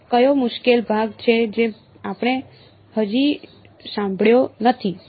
તો કયો મુશ્કેલ ભાગ છે જે આપણે હજી સંભાળ્યો નથી